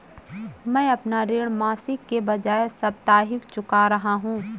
मैं अपना ऋण मासिक के बजाय साप्ताहिक चुका रहा हूँ